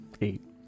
Eight